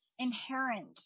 inherent